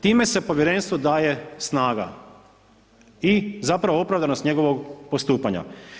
Time se povjerenstvu daje snaga i zapravo opravdanost njegovog postupanja.